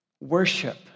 Worship